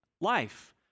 life